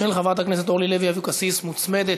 של חברת הכנסת אורלי לוי אבקסיס, מוצמדת